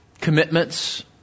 commitments